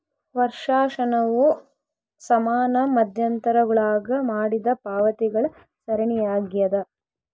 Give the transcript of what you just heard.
ವರ್ಷಾಶನವು ಸಮಾನ ಮಧ್ಯಂತರಗುಳಾಗ ಮಾಡಿದ ಪಾವತಿಗಳ ಸರಣಿಯಾಗ್ಯದ